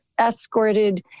escorted